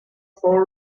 for